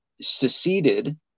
seceded